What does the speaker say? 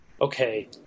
okay